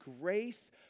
grace